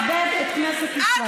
זה עניין של לכבד את כנסת ישראל.